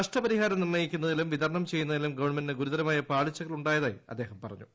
നഷ്ടപരിഹാരം നിർണ്ണയിക്കുന്നതിലും വിതരണം ചെയ്യുന്നതിലും ഗവൺമെന്റിന് ഗുരുത രമായ പാളിച്ചകൾ ഉണ്ടായതായി അദ്ദേഹം പറഞ്ഞു